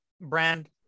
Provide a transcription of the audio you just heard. brand